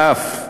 ואף,